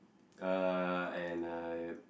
uh and uh